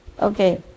Okay